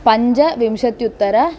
पञ्च विंशत्युत्तर